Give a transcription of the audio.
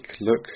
look